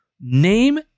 Name